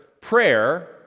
prayer